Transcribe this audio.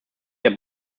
der